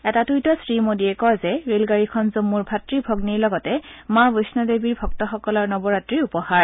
এটা টুইটত শ্ৰী মোডীয়ে কয় যে ৰেলগাডীখন জন্মৰ ভাতৃ ভগ্নীৰ লগতে মা বৈষ্ণৱ দেৱীৰ ভক্তসকলৰ নৱৰাত্ৰীৰ উপহাৰ